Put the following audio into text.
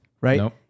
right